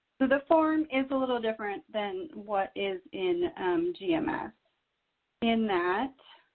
the the form is a little different than what is in gms in that.